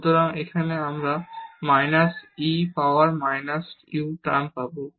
সুতরাং আমরা এখানে minus e power minus u term পাবো